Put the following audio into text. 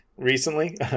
Recently